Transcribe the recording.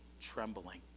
trembling